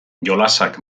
jolasak